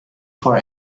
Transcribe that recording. for